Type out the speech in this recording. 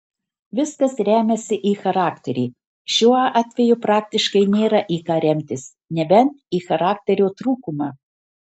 viskas remiasi į charakterį šiuo atveju praktiškai nėra į ką remtis nebent į charakterio trūkumą